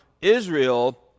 Israel